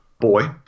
boy